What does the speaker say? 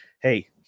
hey